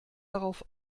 darauf